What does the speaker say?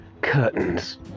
curtains